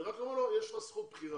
אני רק אומר לו שיש לו זכות בחירה,